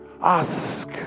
Ask